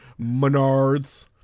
Menards